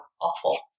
awful